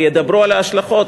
וידברו על ההשלכות,